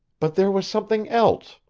but there was something else.